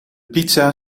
pizza